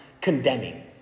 condemning